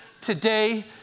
today